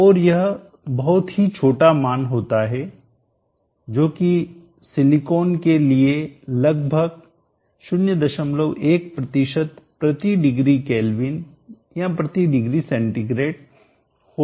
और यह बहुत ही छोटा मान होता है जो कि सिलिकॉन के लिए लगभग 01 प्रति डिग्री केल्विन या प्रति डिग्री सेंटीग्रेड होता है